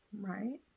right